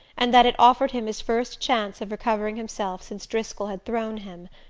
and that it offered him his first chance of recovering himself since driscoll had thrown him.